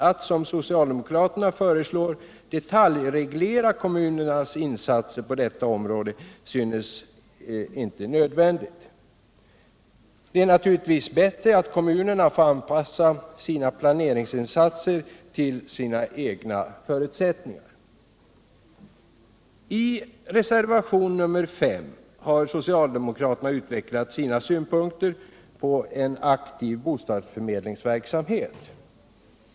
Att, som socialdemokraterna föreslår, detaljreglera kommunernas insatser på detta område synes inte nödvändigt. Det är naturligtvis bättre att kommunerna får anpassa sina planeringsinsatser till sina egna förutsällningar. I reservationen 5 har socialdemokraterna utvecklat sina synpunkter på en aktiv bostadsförmedlingsverksamhet.